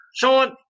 Sean